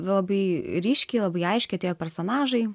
labai ryškiai labai aiškiai tie personažai